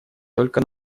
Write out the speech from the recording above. только